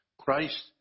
Christ